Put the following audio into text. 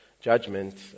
judgment